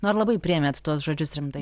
nu ar labai priėmėt tuos žodžius rimtai